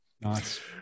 nice